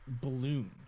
balloon